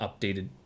updated